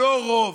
לא רוב,